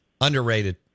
underrated